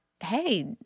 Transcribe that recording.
Hey